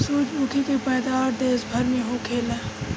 सूरजमुखी के पैदावार देश भर में होखेला